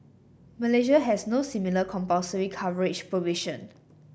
Malaysia has no similar compulsory coverage provision